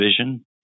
vision